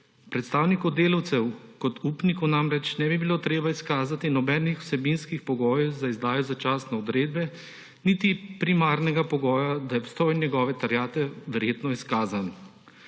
Predstavniku delavcev kot upniku namreč ne bi bilo treba izkazati nobenih vsebinskih pogojev za izdajo začasne odredbe niti primarnega pogoja, da je obstoj njegove terjatve verjetno izkazan.